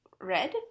red